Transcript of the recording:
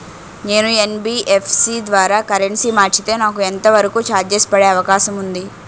నేను యన్.బి.ఎఫ్.సి ద్వారా కరెన్సీ మార్చితే నాకు ఎంత వరకు చార్జెస్ పడే అవకాశం ఉంది?